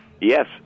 yes